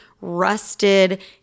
rusted